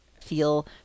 feel